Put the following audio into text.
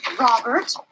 Robert